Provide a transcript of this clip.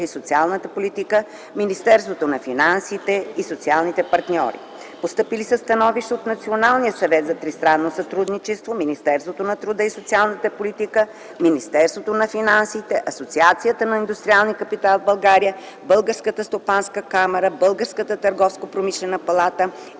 и социалната политика, Министерството на финансите и социалните партньори. Постъпили са становища от Националния съвет за тристранно сътрудничество, Министерството на труда и социалната политика, Министерството на финансите, Асоциацията на индустриалния капитал в България, Българската стопанска камара, Българската търговско промишлена палата